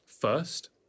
first